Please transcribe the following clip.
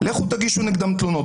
לכו תגישו נגדם תלונות.